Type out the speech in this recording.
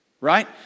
Right